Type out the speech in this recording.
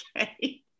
Okay